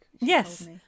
Yes